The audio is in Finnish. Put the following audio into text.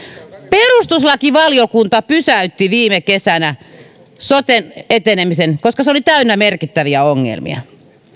perustuslakivaliokunta pysäytti viime kesänä soten etenemisen koska se oli täynnä merkittäviä ongelmia